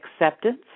acceptance